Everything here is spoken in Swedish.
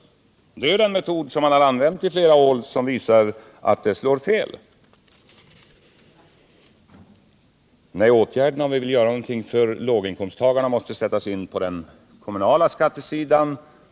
Det är ju den metod man har använt under flera år, och den har visat att det slår fel. Om vi vill göra någonting för låginkomsttagarna, då måste åtgärderna sättas in på den kommunala skattesidan.